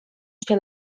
się